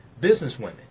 businesswomen